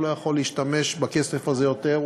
הוא לא יכול להשתמש בכסף הזה יותר,